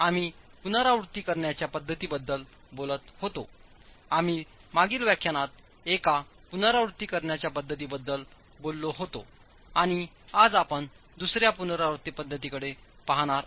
तर आम्ही पुनरावृत्ती करण्याच्या पद्धतीबद्दल बोलत होतोआम्ही मागील व्याख्यानात एका पुनरावृत्ती करण्याच्या पद्धतीबद्दल बोललो होतो आणि आज आपण दुसर्या पुनरावृत्ती पद्धतीकडे पाहतो